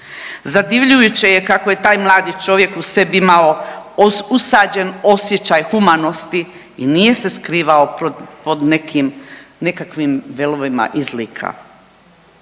Zadivljujuće je kako je taj mladi čovjek u sebi imao usađen osjećaj humanosti i nije se skrivao pod nekim nekakvim velovima izlika.